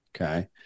Okay